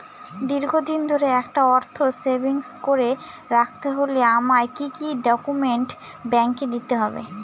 দীর্ঘদিন ধরে একটা অর্থ সেভিংস করে রাখতে হলে আমায় কি কি ডক্যুমেন্ট ব্যাংকে দিতে হবে?